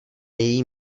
její